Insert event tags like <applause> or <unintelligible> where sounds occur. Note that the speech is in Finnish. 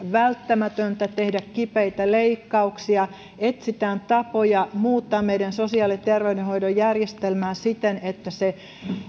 <unintelligible> välttämätöntä tehdä kipeitä leikkauksia ja etsitään tapoja muuttaa meidän sosiaali ja terveydenhoidon järjestelmäämme siten että se